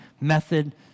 method